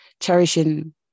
cherishing